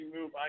move